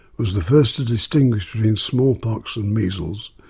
was the first to distinguish between smallpox and measles,